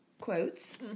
quotes